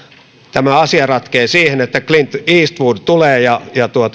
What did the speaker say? tämä asia ratkeaa niin että clint eastwood tulee ja